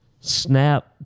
snap